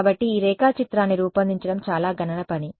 కాబట్టి ఈ రేఖాచిత్రాన్ని రూపొందించడం చాలా గణన పని